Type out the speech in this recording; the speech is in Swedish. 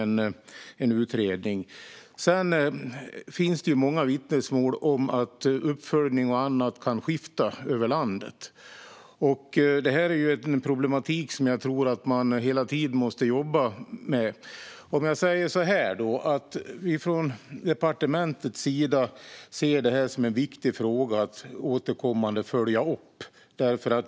Men det finns många vittnesmål om att uppföljning och annat kan skifta över landet, och det är en problematik som man hela tiden måste jobba med. Departementet ser detta som en viktig fråga att återkommande följa upp.